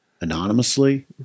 anonymously